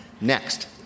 next